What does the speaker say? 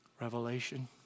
Revelation